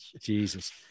Jesus